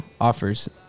offers